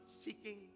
seeking